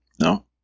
No